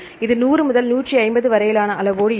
இது 100 முதல் 150 வரையிலான அளவோடு இருக்கும்